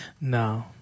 No